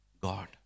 God